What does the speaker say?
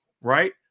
Right